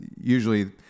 usually